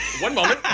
one moment.